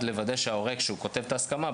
לוודא שההורה כשהוא כותב את ההסכמה,